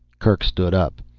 kerk stood up